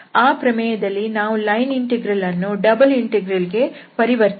ಆ ಪ್ರಮೇಯದಲ್ಲಿ ನಾವು ಲೈನ್ ಇಂಟೆಗ್ರಲ್ ಅನ್ನು ಡಬಲ್ ಇಂಟೆಗ್ರಲ್ ಗೆ ಪರಿವರ್ತಿಸಿದ್ದೆವು